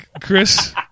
chris